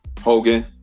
Hogan